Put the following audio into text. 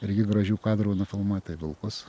irgi gražių kadrų nufilmuoja tai vilkus